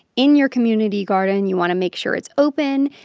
in your community garden, you want to make sure it's open.